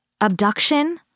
abduction